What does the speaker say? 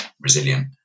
resilient